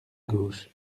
gauche